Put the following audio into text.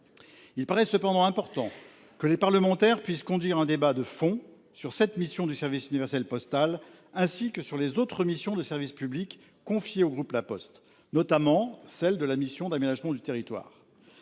Il paraît cependant important que les parlementaires puissent avoir un débat de fond sur le service universel postal, ainsi que sur les autres missions de service public confiées au groupe La Poste, notamment sa mission d’aménagement du territoire.